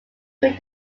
build